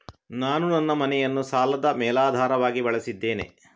ನಾನು ನನ್ನ ಮನೆಯನ್ನು ಸಾಲದ ಮೇಲಾಧಾರವಾಗಿ ಬಳಸಿದ್ದೇನೆ